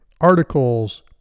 articles